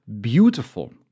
beautiful